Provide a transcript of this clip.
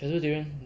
presbyterian